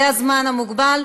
זה הזמן המוגבל.